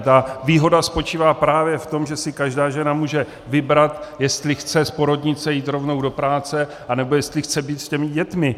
Ta výhoda spočívá právě v tom, že si každá žena může vybrat, jestli chce z porodnice jít rovnou do práce, anebo jestli chce být s těmi dětmi.